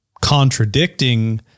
contradicting